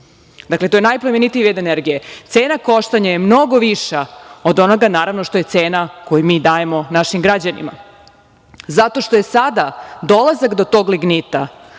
dakle, to je najplemenitiji vid energije, cena koštanja je mnogo viša od onoga naravno, što je cena koju mi dajemo našim građanima, zato što je sada dolazak do tog lignita,